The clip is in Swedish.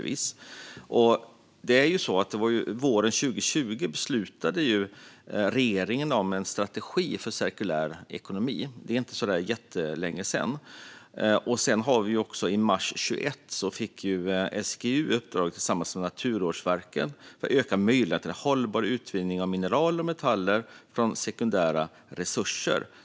Våren 2020 beslutade regeringen om en strategi för cirkulär ekonomi. Det är inte så jättelänge sedan. Och i mars 2021 fick SGU tillsammans med Naturvårdsverket i uppdrag att öka möjligheterna för hållbar utvinning av mineral och metaller från sekundära resurser.